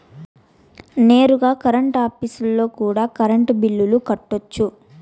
నేరుగా కరెంట్ ఆఫీస్లో కూడా కరెంటు బిల్లులు కట్టొచ్చు